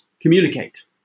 communicate